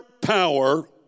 power